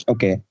Okay